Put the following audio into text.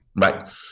Right